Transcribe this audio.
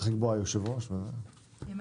כן.